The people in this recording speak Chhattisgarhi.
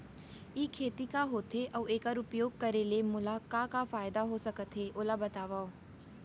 ई खेती का होथे, अऊ एखर उपयोग करे ले मोला का का फायदा हो सकत हे ओला बतावव?